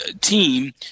team